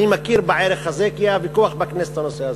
אני מכיר בערך הזה כי היה ויכוח בכנסת על הנושא הזה.